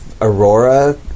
aurora